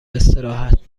استراحت